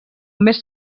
més